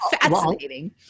fascinating